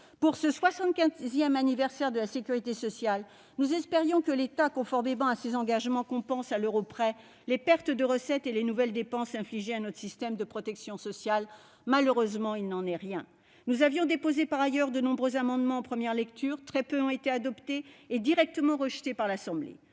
Pour ce 75 anniversaire de la sécurité sociale, nous espérions que l'État, conformément à ses engagements, compense à l'euro près les pertes de recettes et les nouvelles dépenses infligées à notre système de protection sociale. Malheureusement, il n'en est rien. Nous avions déposé de nombreux amendements en première lecture. Très peu ont été adoptés, pour être directement rejetés par l'Assemblée